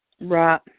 Right